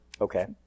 Okay